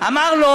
אמר לו